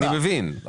אני מבין,